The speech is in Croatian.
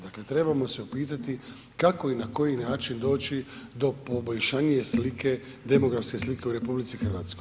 Dakle, trebamo se upitati kako i na koji način doći do poboljšanije slike, demografske slike u RH.